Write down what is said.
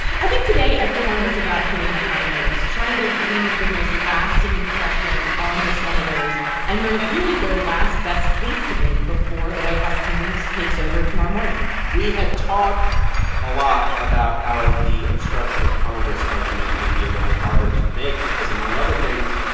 i think today everyone was about hitting the high notes, trying to leave the most lasting impression on the senators and their really, their last best case to make before the white house teams takes over tomorrow morning we had talked a lot about how the obstruction of congress argument might be a little harder to make because, among other things,